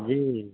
जी